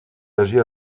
agit